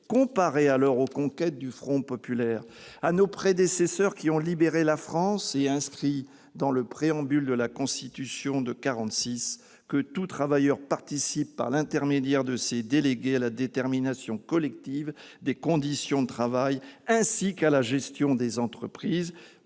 comparez-les aux conquêtes du Front populaire, à celles arrachées par nos prédécesseurs qui ont libéré la France et inscrit dans le préambule de la Constitution de 1946 que « Tout travailleur participe, par l'intermédiaire de ses délégués, à la détermination collective des conditions de travail, ainsi qu'à la gestion des entreprises.